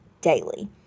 daily